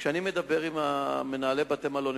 כשאני מדבר עם מנהלי בתי-המלון,